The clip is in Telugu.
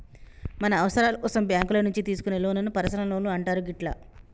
మన అవసరాల కోసం బ్యేంకుల నుంచి తీసుకునే లోన్లను పర్సనల్ లోన్లు అంటారు గిట్లా